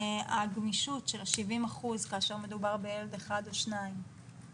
הגמישות של ה-70% כאשר מדובר בילד אחד או שניים